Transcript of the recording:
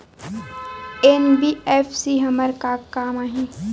NBFC हमर का काम आही?